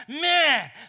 man